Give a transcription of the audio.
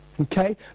okay